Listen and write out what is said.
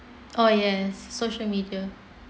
oh yes social media